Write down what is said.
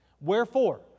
Wherefore